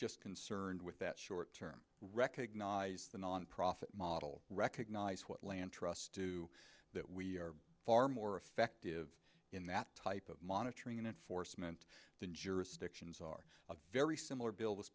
just concerned with that short term recognize the nonprofit model recognize what land trust to that we are far more effective in that type of monitoring and enforcement than jurisdictions are a very similar bill this